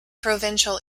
provincial